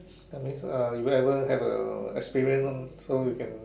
that means uh you ever have a experience so you can